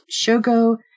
Shogo